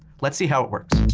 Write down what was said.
let's see how it works.